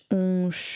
uns